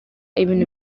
ibintu